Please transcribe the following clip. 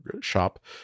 shop